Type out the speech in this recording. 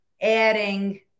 adding